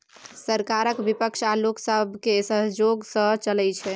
सरकार बिपक्ष आ लोक सबके सहजोग सँ चलइ छै